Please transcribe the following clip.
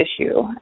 issue